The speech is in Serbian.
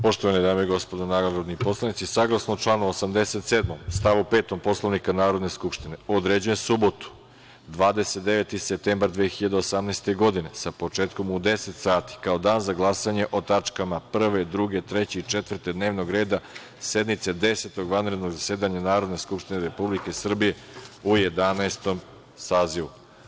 Poštovane dame i gospodo narodni poslanici, saglasno članu 87. stavu 5. Poslovnika Narodne skupštine, određujem subotu, 29. septembar 2018. godine, sa početkom u 10.00 časova, kao dan za glasanje o tačkama 1, 2, 3. i 4. dnevnog reda sednice Desetog vanrednog zasedanja Narodne skupštine Republike Srbije u Jedanaestom sazivu.